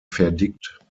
verdickt